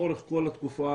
לאורך כל התקופה,